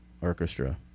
Orchestra